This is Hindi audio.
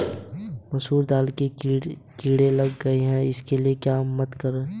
मसूर दाल में कीड़े लग गए है इसलिए इसे मत खाओ